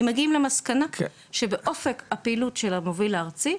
אם מגיעים למסקנה שבאופק פעילות המוביל הארצי,